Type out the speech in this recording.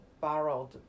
borrowed